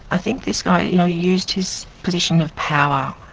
i think this guy you know used his position of power.